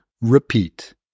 Repeat